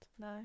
No